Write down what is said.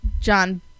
John